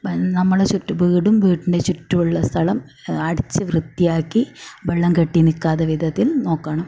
നമ്മളുടെ ചുറ്റും വീടും വീട്ടിൻ്റെ ചുറ്റുമുള്ള സ്ഥലം അടിച്ചു വൃത്തിയാക്കി വെള്ളം കെട്ടി നിൽക്കാത്ത വിധത്തിൽ നോക്കണം